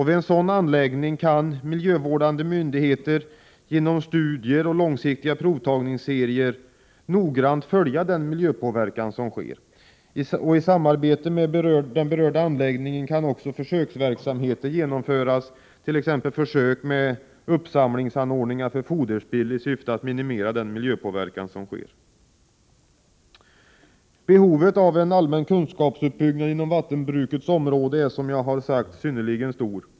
Vid en sådan anläggning kan miljövårdande myndigheter genom studier och långsiktiga provtagningsserier noggrant följa den miljöpåverkan som sker. I samarbete med den berörda anläggningen kan också försöksverksamheter genomföras, t.ex. försök med uppsamlingsanordningar för foderspill, i syfte att minimera den miljöpåverkan som sker. Behovet av en allmän kunskapsuppbyggnad inom vattenbrukets område är, som jag har sagt, synnerligen stor.